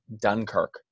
Dunkirk